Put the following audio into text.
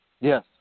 Yes